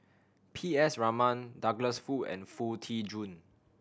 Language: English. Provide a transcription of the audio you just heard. P S Raman Douglas Foo and Foo Tee Jun